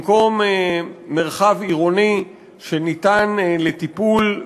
במקום מרחב עירוני שניתן לטיפול,